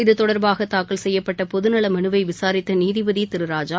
இதுதொடர்பாக தாக்கல் செய்யப்பட்ட பொதுநல மனுவை விசாரித்த நீதிபதி திரு டி ராஜா